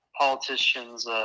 politicians